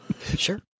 Sure